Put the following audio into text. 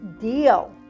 deal